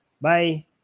bye